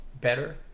better